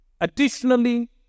Additionally